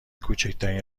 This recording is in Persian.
کوچکترین